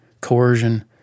coercion